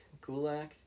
Gulak